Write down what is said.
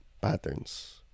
patterns